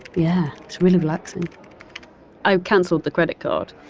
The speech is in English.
yeah it's really relaxing i've canceled the credit card